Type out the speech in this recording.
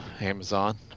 Amazon